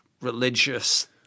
religious